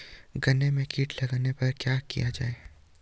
गन्ने में कीट लगने पर क्या किया जाये?